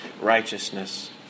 righteousness